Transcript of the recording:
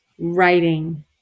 writing